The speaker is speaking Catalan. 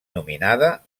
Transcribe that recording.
nominada